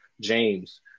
james